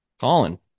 Colin